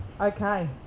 Okay